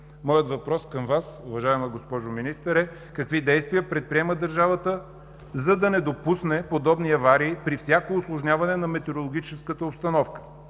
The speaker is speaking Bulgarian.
Моят въпрос към Вас, уважаема госпожо Министър, е: какви действия предприема държавата, за да не допусне подобни аварии при всяко усложняване на метереологичната обстановка?